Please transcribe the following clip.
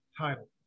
title